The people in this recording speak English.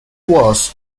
was